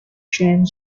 changed